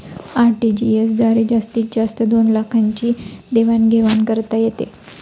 RTGS द्वारे जास्तीत जास्त दोन लाखांची देवाण घेवाण करता येते